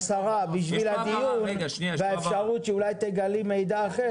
השרה, בשביל הדיון באפשרות שאולי תגלי מידע אחר.